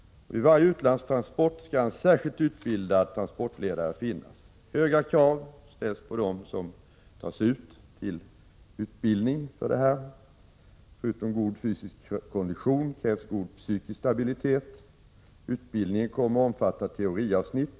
Vid varje utlandstransport skall det finnas en särskilt utbildad transportledare. Höga krav ställs på dem som tas ut till utbildning för det här ändamålet. Förutom god fysisk kondition krävs det god psykisk stabilitet. Utbildningen kommer att omfatta olika teoriavsnitt.